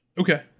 Okay